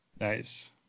Nice